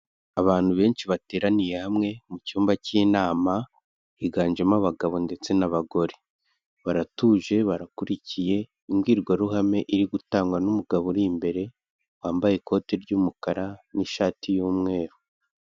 Abantu benshi bateraniye hamwe mu cyumba cy'inama, higanjemo abagabo ndetse n'abagore. Baratuje, barakurikiye, imbwirwaruhame iri gutangwa n'umugabo uri imbere, wambaye ikote ry'umukara n'ishati y'umweru.